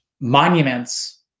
monuments